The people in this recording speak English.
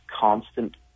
constant